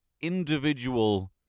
individual